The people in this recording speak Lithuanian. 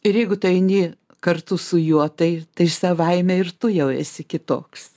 ir jeigu tu eini kartu su juo tai savaime ir tu jau esi kitoks